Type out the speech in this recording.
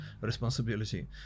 responsibility